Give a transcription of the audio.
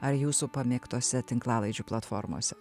ar jūsų pamėgtose tinklalaidžių platformose